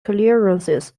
clearances